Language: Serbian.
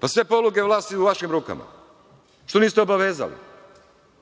Pa, sve poluge vlasti su u vašim rukama. Što niste obavezali?